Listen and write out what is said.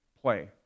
play